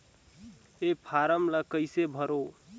ये फारम ला कइसे भरो?